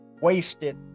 wasted